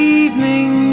evening